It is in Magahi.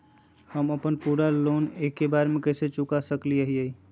हम अपन पूरा लोन एके बार में कैसे चुका सकई हियई?